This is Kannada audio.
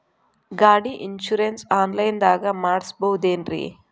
ಗಾಡಿ ಇನ್ಶೂರೆನ್ಸ್ ಆನ್ಲೈನ್ ದಾಗ ಮಾಡಸ್ಬಹುದೆನ್ರಿ?